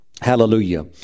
Hallelujah